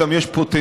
גם יש פוטנציאל,